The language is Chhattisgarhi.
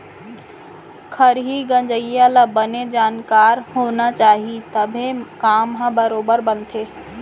खरही गंजइया ल बने जानकार होना चाही तभे काम ह बरोबर बनथे